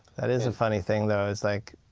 that is a funny thing though, it's like,